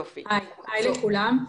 היי לכולם.